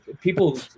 people